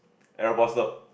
air buster